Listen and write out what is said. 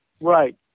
Right